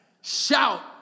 Shout